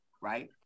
right